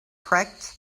tracts